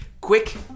Quick